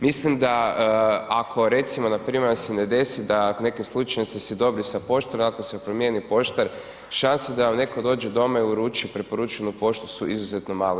Mislim da, ako recimo npr. da se ne desi da ak nekim slučajem ste si dobri sa poštarom, ako se promjeni poštar, šanse da vam netko dođe doma i uruči preporučenu poštu su izuzetno male.